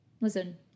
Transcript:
Listen